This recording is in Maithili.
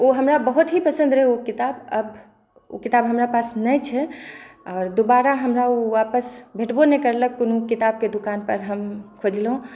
ओ हमरा बहुत ही पसन्द रहै ओ किताब आब ओ किताब हमरा पास नहि छै आओर दुबारा हमरा ओ वापस भेटबो नहि करलक कोनो किताबके दोकानपर हम खोजलहुँ